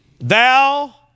thou